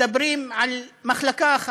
מדברים על מחלקה אחת,